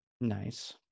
Nice